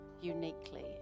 uniquely